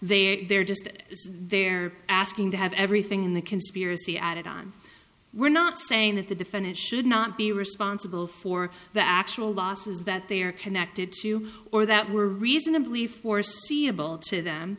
that they're just they're asking to have everything in the conspiracy added on we're not saying that the defendant should not be responsible for the actual losses that they are connected to or that were reasonably foreseeable to them